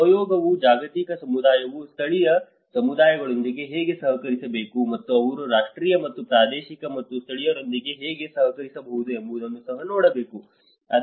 ಸಹಯೋಗವು ಜಾಗತಿಕ ಸಮುದಾಯವು ಸ್ಥಳೀಯ ಸಮುದಾಯಗಳೊಂದಿಗೆ ಹೇಗೆ ಸಹಕರಿಸಬಹುದು ಮತ್ತು ಅವರು ರಾಷ್ಟ್ರೀಯ ಮತ್ತು ಪ್ರಾದೇಶಿಕ ಮತ್ತು ಸ್ಥಳೀಯರೊಂದಿಗೆ ಹೇಗೆ ಸಹಕರಿಸಬಹುದು ಎಂಬುದನ್ನು ಸಹ ನೋಡಬೇಕು